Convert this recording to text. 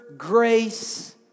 grace